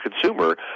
consumer